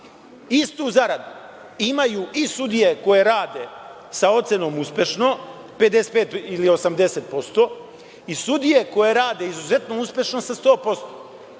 Istu zaradu imaju i sudije koje rade sa ocenom uspešno 55% ili 80%, i sudije koje rade izuzetno uspešno sa 100%,